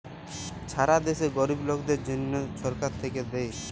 ছারা দ্যাশে গরিব লকদের জ্যনহ ছরকার থ্যাইকে দ্যায়